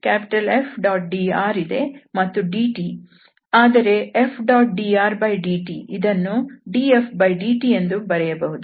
dr ಇದೆ ಮತ್ತು dt ಆದರೆ Fdrdt ಇದನ್ನು dfdtಎಂದು ಬರೆಯಬಹುದು